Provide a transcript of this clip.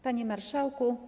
Panie Marszałku!